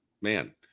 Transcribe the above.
man